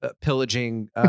pillaging